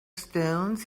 stones